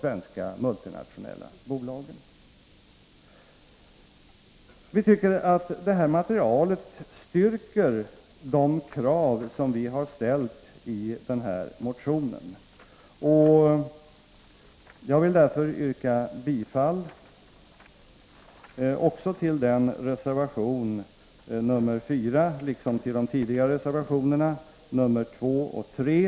Vi tycker att detta material styrker de krav som vi har ställt i vår motion. Jag vill därför yrka bifall till reservation 4, liksom till reservationerna 2 och 3.